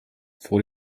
vor